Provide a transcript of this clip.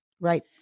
right